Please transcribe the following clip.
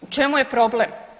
U čemu je problem?